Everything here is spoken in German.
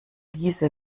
diese